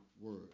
word